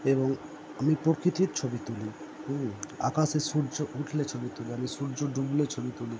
এবং আমি প্রকৃতির ছবি তুলি হুম আকাশে সূর্য উঠলে ছবি তুলি আমি সূর্য ডুবলে ছবি তুলি